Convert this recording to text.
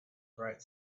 bright